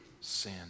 sin